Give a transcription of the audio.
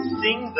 sing